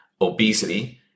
obesity